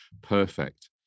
perfect